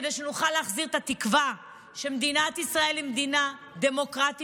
כדי שנוכל להחזיר את התקווה שמדינת ישראל היא מדינה דמוקרטית,